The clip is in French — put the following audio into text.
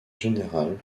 général